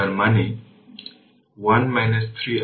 সুতরাং এখানে কোন কারেন্ট থাকবে না